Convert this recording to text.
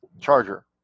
charger